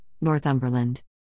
Northumberland